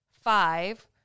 Five